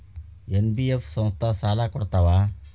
NBF ಸಂಸ್ಥಾ ಸಾಲಾ ಕೊಡ್ತಾವಾ?